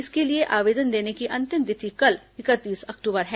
इसके लिए आवेदन देने की अंतिम तिथि कल इकतीस अक्टूबर है